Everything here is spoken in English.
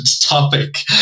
topic